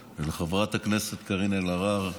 ולחברת הכנסת קארין אלהרר